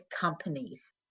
companies